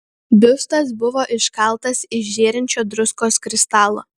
biustas buvo iškaltas iš žėrinčio druskos kristalo